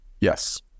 Yes